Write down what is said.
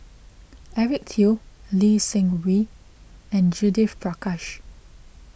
Eric Teo Lee Seng Wee and Judith Prakash